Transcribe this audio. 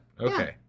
Okay